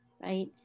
right